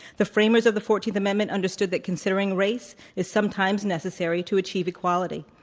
the framers of the fourteenth amendment understood that considering race is sometimes necessary to achieve equality.